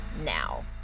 now